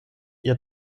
ihr